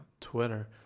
Twitter